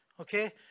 Okay